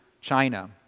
China